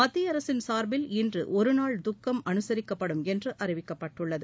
மத்திய அரசின் சார்பில் இன்று ஒருநாள் துக்கம் அனுசிக்கப்படும் என்று அறிவிக்கப்பட்டுள்ளது